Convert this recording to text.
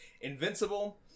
Invincible